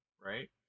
right